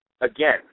Again